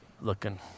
looking